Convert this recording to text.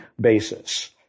basis